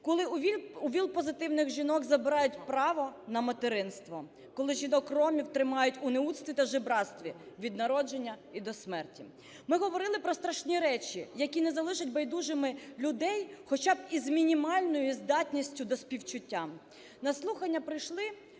коли у ВІЛ-позитивних жінок забирають право на материнство; коли жінок-ромів тримають у неуцтві та жебрацтві від народження і до смерті. Ми говорили про страшні речі, які не залишать байдужими людей хоча б із мінімальною здатністю до співчуття. На слухання прийшли